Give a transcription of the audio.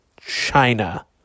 China